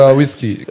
whiskey